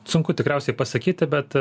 sunku tikriausiai pasakyti bet